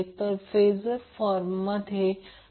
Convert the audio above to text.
हा फेजर फॉर्ममध्ये आहे